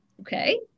Okay